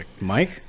Mike